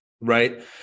right